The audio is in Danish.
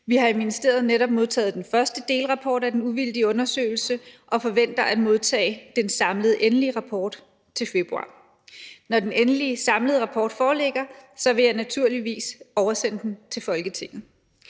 Vi har i ministeriet netop modtaget den første delrapport af den uvildige undersøgelse og forventer at modtage den samlede, endelige rapport til februar. Når den endelige, samlede rapport foreligger, vil jeg naturligvis oversende den til Folketinget.